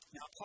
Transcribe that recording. Now